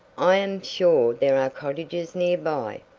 i am sure there are cottages near by.